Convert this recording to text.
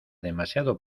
demasiado